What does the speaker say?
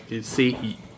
see